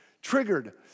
Triggered